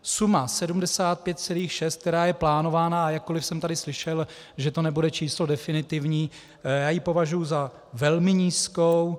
Sumu 75,6, která je plánována, a jakkoli jsem tady slyšel, že to nebude číslo definitivní, já považuji za velmi nízkou.